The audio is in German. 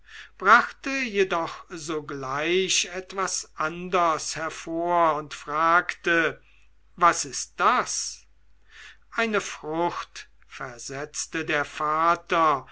brachte jedoch sogleich etwas anders hervor und fragte was ist das eine frucht versetzte der vater